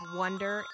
wonder